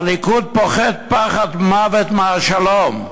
הליכוד פוחד פחד מוות מהשלום.